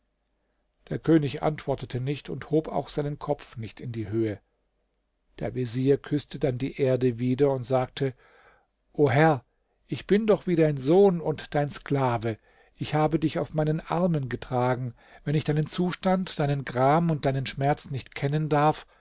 der könig antwortete nicht und hob auch seinen kopf nicht in die höhe der vezier küßte dann die erde wieder und sagte o herr ich bin doch wie dein sohn und dein sklave ich habe dich auf meinen armen getragen wenn ich deinen zustand deinen gram und deinen schmerz nicht kennen darf